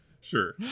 sure